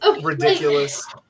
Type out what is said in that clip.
ridiculous